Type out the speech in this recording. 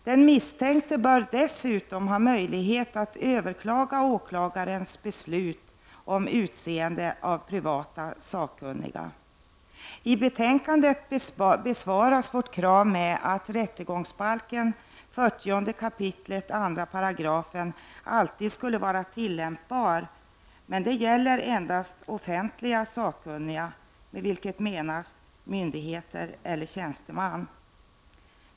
Den misstänkte bör dessutom ha möjlighet att överklaga åklagarens beslut om utseende av privata sakkunniga. I betänkandet besvaras vårt krav med att rättegångsbalken 40 kap. 2 § alltid skulle vara tillämpbar, men det gäller endast offentliga sakkunniga med vilket menas myndighet eller tjänsteman.